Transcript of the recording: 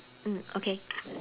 mm okay